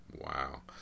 Wow